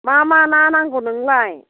मा मा ना नांगौ नोंनोलाय